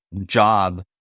job